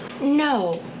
No